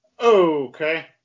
Okay